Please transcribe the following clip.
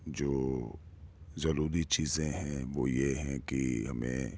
جو ضروری چیزیں ہیں وہ یہ ہیں کہ ہمیں